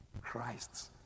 Christ